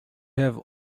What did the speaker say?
have